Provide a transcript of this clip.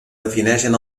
defineixen